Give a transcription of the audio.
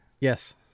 Yes